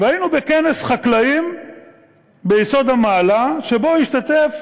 והיינו בכנס חקלאים ביסוד-המעלה, שבו השתתף